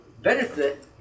benefit